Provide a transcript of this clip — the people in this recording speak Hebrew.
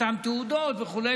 אותן תעודות וכו',